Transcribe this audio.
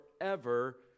forever